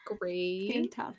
great